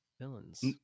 Villains